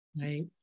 Right